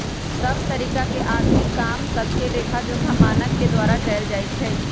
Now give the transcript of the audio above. सभ तरिका के आर्थिक काम सभके लेखाजोखा मानक के द्वारा कएल जाइ छइ